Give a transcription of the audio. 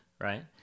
right